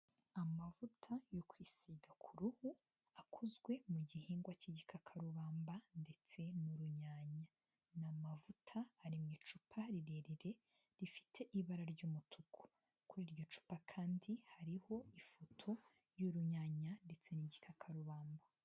Amavuta yo kwisiga ku ruhu, akozwe mu gihingwa cy'igikakarubamba, ndetse n'urunyanya, ni amavuta ari mu icupa rirerire, rifite ibara ry'umutuku, kuri iryo cupa kandi hariho ifoto y'urunyanya ndetse n'igikakarubamba.